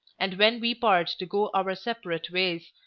and when we part to go our separate ways,